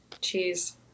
Cheese